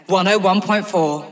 101.4